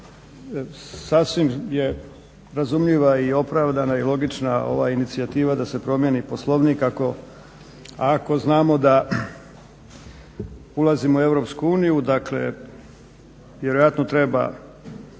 Sasvim je razumljiva i opravdana i logična ova inicijativa da se promijeni Poslovnik ako znamo da ulazimo u Europsku uniju, dakle vjerojatno je